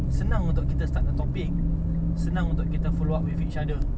senang untuk kita start the topic senang untuk kita follow with each other